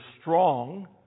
strong